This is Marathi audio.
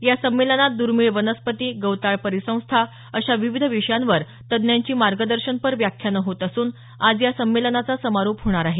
या संमेलनात दूर्मिळ वनस्पती गवताळ परिसंस्था अशा विविध विषयांवर तज्ज्ञांची मार्गदर्शपर व्याख्यानं होत असून आज या संमलेनाचा समारोप होणार आहे